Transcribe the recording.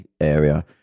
area